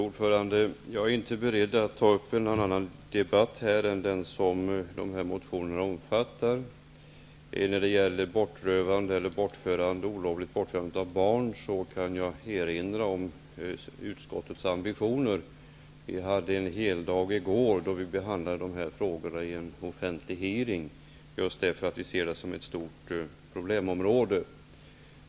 Fru talman! Jag är inte beredd att ta upp en debatt om någonting annat än vad motionerna omfattar. När det gäller olovligt bortförande av barn kan jag erinra om utskottets ambitioner. Vi hade i går en heldag när vi behandlade de här frågorna i en offentlig hearing, just därför att vi ser det som ett stort problemområde.